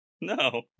No